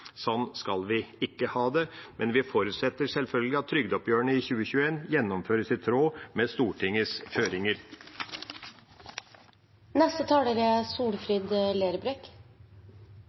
Sånn skal vi ikke ha det. Men vi forutsetter selvfølgelig at trygdeoppgjørene i 2021 gjennomføres i tråd med Stortingets